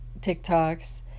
TikToks